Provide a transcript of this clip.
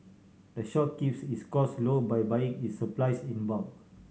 the shop keeps its costs low by buying its supplies in bulk